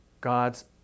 God's